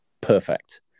perfect